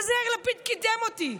מה זה יאיר לפיד קידם אותי?